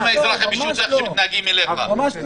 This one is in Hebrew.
ממש לא.